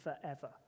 forever